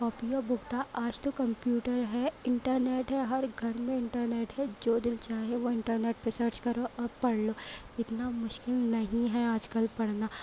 copy اور book تھا آج تو کمپیوٹر ہے انٹرنیٹ ہے ہر گھر میں انٹرنیٹ ہے جو دل چاہے وہ انٹرنیٹ پر سرچ کرو اور پڑھ لو اتنا مشکل نہیں ہے آج کل پڑھنا